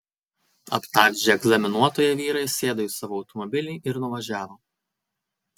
aptalžę egzaminuotoją vyrai sėdo į savo automobilį ir nuvažiavo